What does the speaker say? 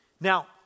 Now